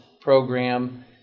program